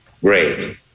great